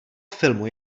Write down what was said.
filmu